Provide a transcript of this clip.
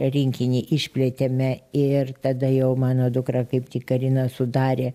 rinkinį išplėtėme ir tada jau mano dukra kaip karina sudarė